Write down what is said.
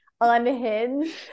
unhinged